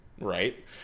Right